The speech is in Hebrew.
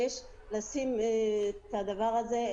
שיש לשים את הדבר הזה,